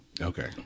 Okay